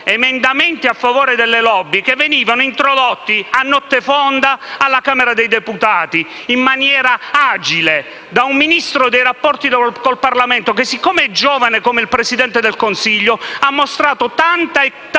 emendamenti a favore delle *lobby* introdotti a notte fonda alla Camera dei deputati, in maniera agile, da un Ministro per i rapporti con il Parlamento che, essendo giovane come il Presidente del Consiglio, ha mostrato tanta e